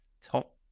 Top